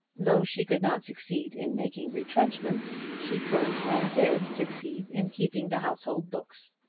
though she could not succeed in making retrenchments, she could and did succeed in keeping the household books.